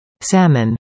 Salmon